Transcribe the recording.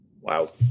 Wow